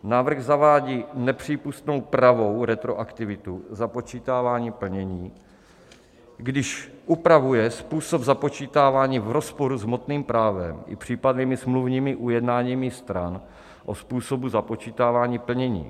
Návrh zavádí nepřípustnou pravou retroaktivitu započítávání plnění, když upravuje způsob započítávání v rozporu s hmotným právem i případnými smluvními ujednáními stran o způsobu započítávání plnění.